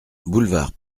boulevard